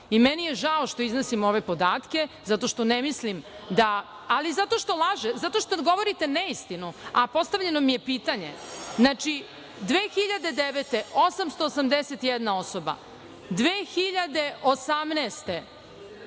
I meni je žao što iznosim ove podatke, zato što ne mislim, ali zato što govorite neistinu, a postavljeno mi je pitanje. Znači 2009. godine 881 osoba, 2018.